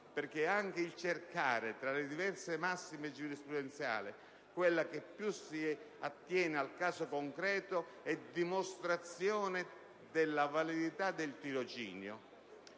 anche il cercare tra le diverse massime giurisprudenziali quella che più attiene al caso concreto è dimostrazione della validità del tirocinio.